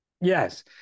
Yes